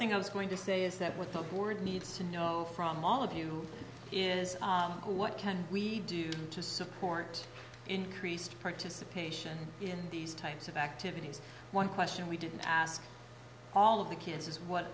thing i was going to say is that with the board needs to know from all of you is what can we do to support increased participation in these types of activities one question we didn't ask all of the kids is what